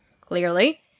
clearly